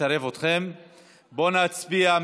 בואו נצביע.